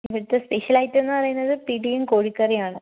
ഇവിടത്തെ special item എന്നു പറയുന്നത് പിടിയും കോഴിക്കറിയുമാണ്